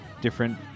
different